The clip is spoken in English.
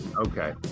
Okay